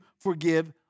forgive